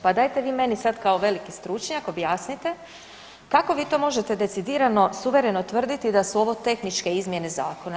Pa dajte vi meni sad kao veliki stručnjak objasnite kako vi to možete decidirano suvereno tvrditi da su ovo tehničke izmjene zakona?